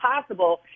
possible